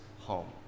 home